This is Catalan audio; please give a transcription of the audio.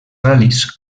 ral·lis